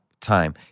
time